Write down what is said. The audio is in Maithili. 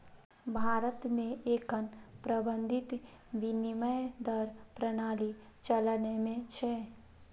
भारत मे एखन प्रबंधित विनिमय दर प्रणाली चलन मे छै